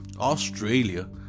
australia